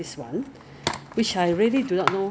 like what you mentioned 有那种比较